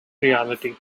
reality